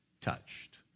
touched